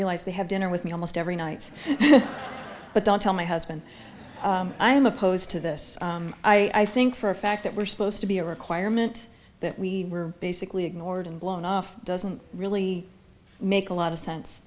realize they have dinner with me almost every night but don't tell my husband i am opposed to this i think for a fact that we're supposed to be a requirement that we were basically ignored and blown off doesn't really make a lot of